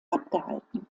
abgehalten